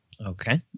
Okay